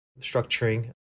structuring